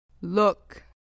look